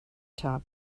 top